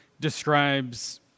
describes